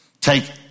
Take